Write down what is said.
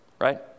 right